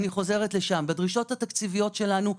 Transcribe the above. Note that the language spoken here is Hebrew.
בדרישות התקציביות שלנו,